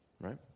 Right